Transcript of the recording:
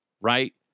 Right